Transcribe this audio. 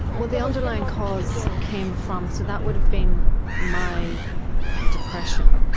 well, the underlying cause came from, so that would have been my depression.